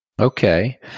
Okay